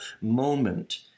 moment